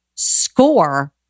score